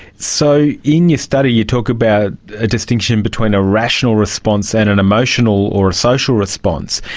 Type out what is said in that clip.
so in your study you talk about a distinction between a rational response and an emotional or a social response.